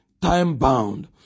time-bound